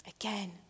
Again